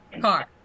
car